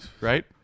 right